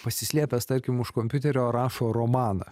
pasislėpęs tarkim už kompiuterio rašo romaną